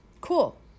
Cool